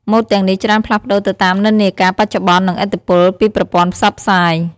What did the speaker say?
ម៉ូដទាំងនេះច្រើនផ្លាស់ប្តូរទៅតាមនិន្នាការបច្ចុប្បន្ន និងឥទ្ធិពលពីប្រព័ន្ធផ្សព្វផ្សាយ។